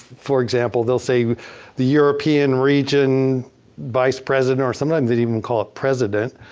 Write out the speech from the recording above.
for example. they'll say the european region vice president. or sometimes they even call it president.